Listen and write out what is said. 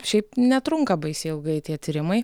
šiaip netrunka baisiai ilgai tie tyrimai